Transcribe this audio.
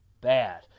bad